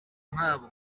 nkabo